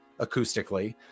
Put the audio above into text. acoustically